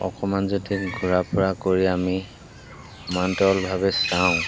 অকণমান যদি ঘূৰা ফুৰা কৰি আমি সমান্তৰলভাৱে চাওঁ